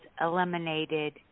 eliminated